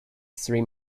three